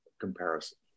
comparison